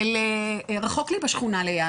של 'רחוק לי בשכונה ליד.